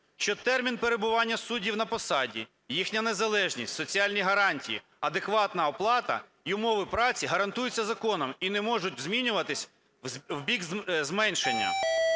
що термін перебування суддів на посаді, їхня незалежність, соціальні гарантії, адекватна оплата і умови праці гарантуються законом і не можуть змінюватись в бік зменшення.